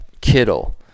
Kittle